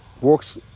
works